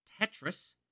Tetris